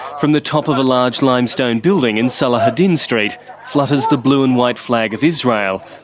from the top of a large limestone building in salahadin street flutters the blue and white flag of israel.